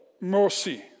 mercy